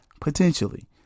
Potentially